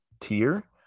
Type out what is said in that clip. tier